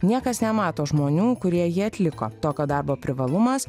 niekas nemato žmonių kurie jį atliko tokio darbo privalumas